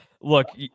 Look